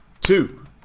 two